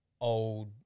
old